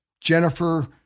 Jennifer